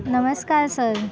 नमस्कार सर